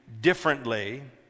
differently